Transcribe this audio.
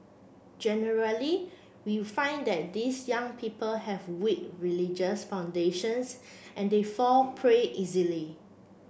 generally we find that these young people have weak religious foundations and they fall prey easily